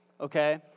okay